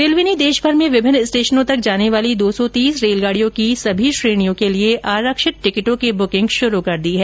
railway ने देशभर में विभिन्न स्टेशनों तक जाने वाली दो सौ तीस रेलगाडियों की सभी श्रेणियों के लिए आरक्षित टिकटों की बुकिंग शुरू कर दी है